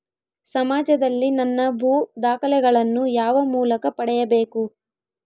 ಸಮಾಜದಲ್ಲಿ ನನ್ನ ಭೂ ದಾಖಲೆಗಳನ್ನು ಯಾವ ಮೂಲಕ ಪಡೆಯಬೇಕು?